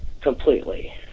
completely